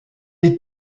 est